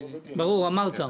ברור, אמרת.